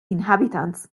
inhabitants